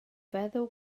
feddw